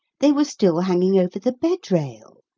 they were still hanging over the bed-rail.